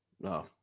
No